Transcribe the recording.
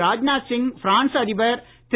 Rajnath Singh France அதிபர் திரு